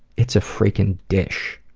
it's a freaking dish.